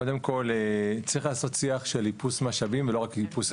קודם כול צריך לעשות שיח של איפוס משאבים ולא רק של איפוס אנרגיה.